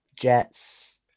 Jets